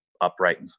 upright